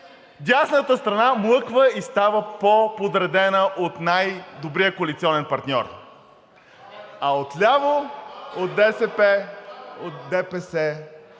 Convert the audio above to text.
Дясната страна млъква и става по подредена от най-добрия коалиционен партньор. А отляво – от ДПС,